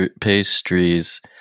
Pastries